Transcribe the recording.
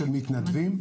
של מתנדבים.